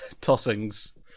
tossings